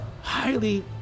highly